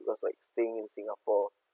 because like staying in singapore